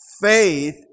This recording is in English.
Faith